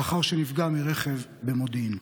לאחר שנפגע מרכב במודיעין,